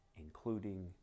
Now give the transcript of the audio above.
including